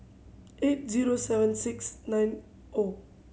eight zero seven six nine O